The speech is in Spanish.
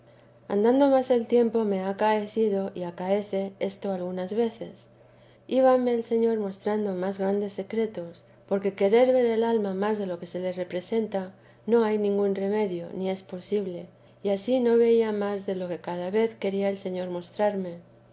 andando más el tiempo me ha acaecido y acaece vida de i a santa mabue esto algunas veces íbame el señor mostrando más grandes secretos porque querer ver el alma más de lo que se le representa no hay ningún remedio ni es posible y ansí no veía más de lo que cada vez quería el señor mostrarme